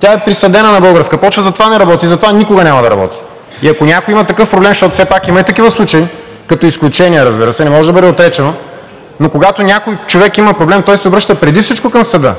Тя е присадена на българска почва и затова не работи, затова никога няма да работи. И ако някой има такъв проблем, защото все пак има и такива случаи – като изключения, разбира се, не може да бъде отречено, но когато някой човек има проблем, той се обръща преди всичко към съда,